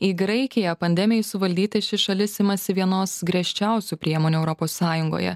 į graikiją pandemijai suvaldyti ši šalis imasi vienos griežčiausių priemonių europos sąjungoje